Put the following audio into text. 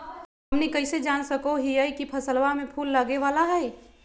हमनी कइसे जान सको हीयइ की फसलबा में फूल लगे वाला हइ?